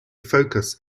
focus